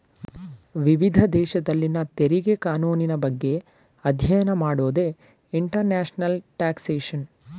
ವಿವಿಧ ದೇಶದಲ್ಲಿನ ತೆರಿಗೆ ಕಾನೂನಿನ ಬಗ್ಗೆ ಅಧ್ಯಯನ ಮಾಡೋದೇ ಇಂಟರ್ನ್ಯಾಷನಲ್ ಟ್ಯಾಕ್ಸ್ಯೇಷನ್